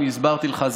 אני הסברתי לך,